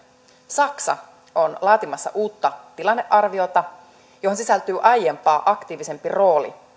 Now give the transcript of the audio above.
saksa on laatimassa uutta tilannearviota johon sisältyy aiempaa aktiivisempi rooli